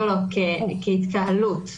לא, כהתקהלות.